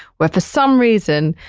where for some reason,